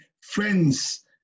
friends